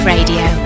Radio